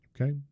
okay